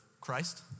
Christ